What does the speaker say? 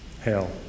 hell